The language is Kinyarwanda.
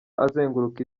azenguruka